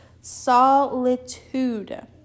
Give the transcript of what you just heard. Solitude